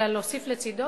אלא להוסיף לצדו,